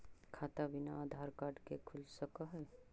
खाता बिना आधार कार्ड के खुल सक है?